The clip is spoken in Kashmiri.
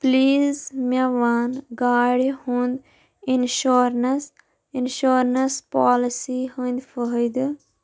پلیٖز مےٚ وَن گاڑِ ہُنٛد اِنشورَنٛس انشورنٛس پالسی ہٕنٛدۍ فٲہدٕ